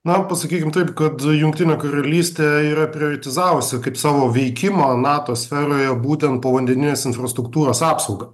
na pasakykim taip kad jungtinė karalystė yra prioretizavusi kaip savo veikimą nato sferoje būtent povandeninės infrastruktūros apsaugą